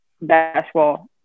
basketball